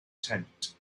tent